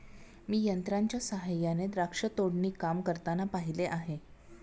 मी यंत्रांच्या सहाय्याने द्राक्ष तोडणी काम करताना पाहिले आहे